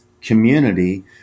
community